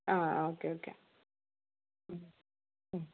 ആ okay okay